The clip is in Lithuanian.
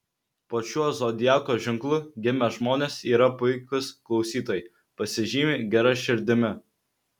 po šiuo zodiako ženklu gimę žmonės yra puikūs klausytojai pasižymi gera širdimi